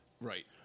Right